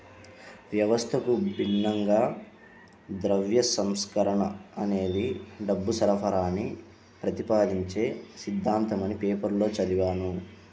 వ్యవస్థకు భిన్నంగా ద్రవ్య సంస్కరణ అనేది డబ్బు సరఫరాని ప్రతిపాదించే సిద్ధాంతమని పేపర్లో చదివాను